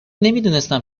نمیدونستم